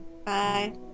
Bye